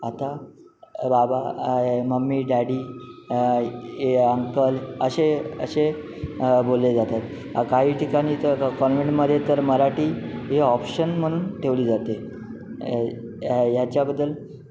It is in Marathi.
आता बाबा मम्मी डॅडी ए अंकल असे असे बोलले जातात काही ठिकाणी तर कॉन्वेंटमध्ये तर मराठी ही ऑप्शन म्हणून ठेवली जाते या याच्याबद्दल